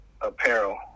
apparel